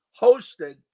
hosted